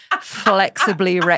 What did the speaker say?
flexibly